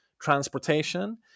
transportation